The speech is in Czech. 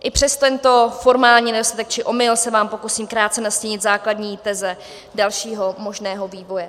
I přes tento formální nedostatek či omyl se vám pokusím krátce nastínit základní teze dalšího možného vývoje.